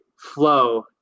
flow